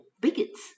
bigots